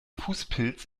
fußpilz